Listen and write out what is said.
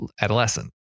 adolescent